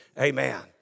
Amen